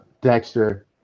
Dexter